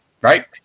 right